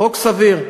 חוק סביר.